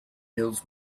hills